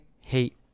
hate